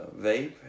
vape